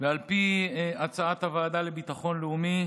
ועל פי הצעת הוועדה לביטחון לאומי,